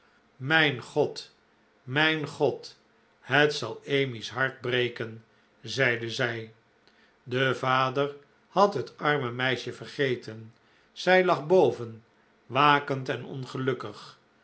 mijn god mijn god het zal emmy's hart breken zeide zij de vader had het arme meisje vergeten zij lag boven wakend en ongelukkig